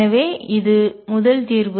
எனவே இது முதல் தீர்வு